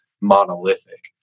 monolithic